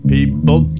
People